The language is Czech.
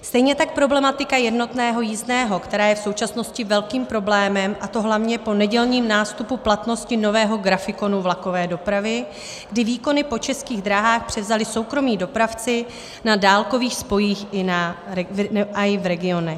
Stejně tak problematika jednotného jízdného, která je v současnosti velkým problémem, a to hlavně po nedělním nástupu platnosti nového grafikonu vlakové dopravy, kdy výkony po Českých drahách převzali soukromí dopravci na dálkových spojích i v regionech.